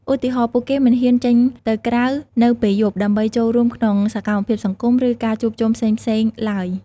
ឧទាហរណ៍ ពួកគេមិនហ៊ានចេញទៅក្រៅនៅពេលយប់ដើម្បីចូលរួមក្នុងសកម្មភាពសង្គម ឬការជួបជុំផ្សេងៗឡើយ។